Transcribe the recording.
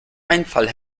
einfall